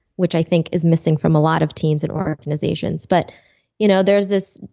which i think is missing from a lot of teams and organizations, but you know there's this,